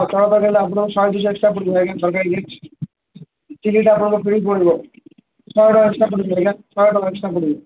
ଚଣା ତରକାରୀ ନେଲେ ଆପଣଙ୍କୁ ଶହେ ଦୁଇଶହ ଏକ୍ସଟ୍ରା ପଡ଼ିଯିବ ଆଜ୍ଞା ଶହେ ଟଙ୍କା ଇଚ୍ ଚିଲିଟା ଆପଣଙ୍କୁ ଫ୍ରି ପଡ଼ିବ ଶହେ ଟଙ୍କା ଏକ୍ସଟ୍ରା ପଡ଼ିଯିବ ଆଜ୍ଞା ଶହେ ଟଙ୍କା ଏକ୍ସଟ୍ରା ପଡ଼ିବ